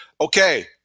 okay